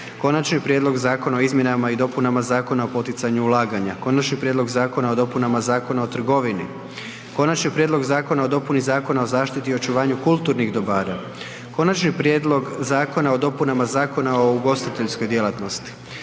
Konačni prijedlog Zakona o izmjenama i dopunama Zakona o poticanju ulaganja - Konačni prijedlog Zakona o dopunama Zakona o trgovini - Konačni prijedlog Zakona o dopuni Zakona o zaštiti i očuvanju kulturnih dobara - Konačni prijedlog Zakona o dopunama Zakona o ugostiteljskoj djelatnosti